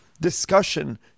Discussion